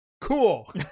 Cool